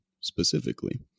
specifically